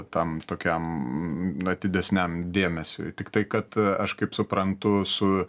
tam tokiam na didesniam dėmesiui tiktai kad aš kaip suprantu su